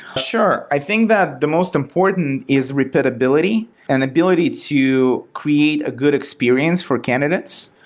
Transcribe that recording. sure. i think that the most important is repeatability and ability to create a good experience for candidates,